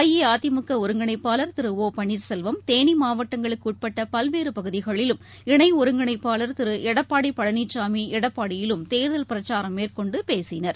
அஇஅதிமுகஒருங்கிணைப்பாளர் திருஒபன்னீர்செல்வம் தேனிமாவட்டங்களுக்குஉட்பட்டபல்வேறுபகுதிகளிலும் இணைஒருங்கிணைப்பாளர் திருளப்பாட்பழனிசாமி எடப்பாடியிலும் தேர்தல் பிரச்சாரம் மேற்கொண்டுபேசினர்